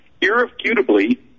irrefutably